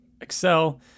Excel